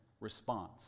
response